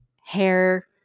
hair